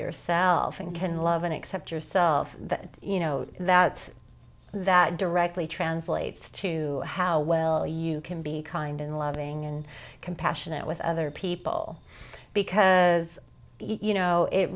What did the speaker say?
yourself and can love and accept yourself that you know that that directly translates to how well you can be kind and loving and compassionate with other people because you know it